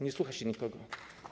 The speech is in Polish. Nie słucha się nikogo.